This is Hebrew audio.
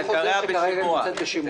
זה כרגע נמצא בשימוע.